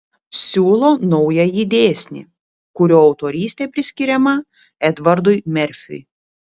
siūlo naująjį dėsnį kurio autorystė priskiriama edvardui merfiui